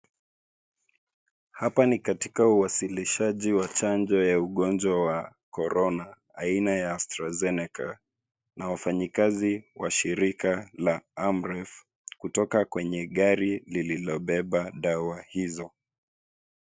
Hapa ni katika uwasilishaji wa chanjo ya ugonjwa wa korona aina ya Astrazeneca, na wafanyikazi wa shirika la Amref kutoka kwenye gari lililobeba dawa hizo.